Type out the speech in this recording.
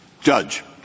Judge